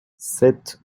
sept